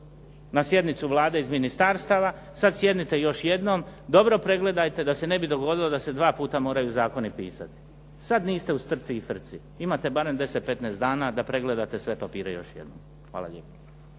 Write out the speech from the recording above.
na sjednicu Vlade iz ministarstava sad sjednite još jednom, dobro pregledajte da se ne bi dogodilo da se dva puta moraju zakoni pisati. Sad niste u strci i frci. Imate barem deset, petnaest dana da pregledate sve papire još jednom. Hvala lijepo.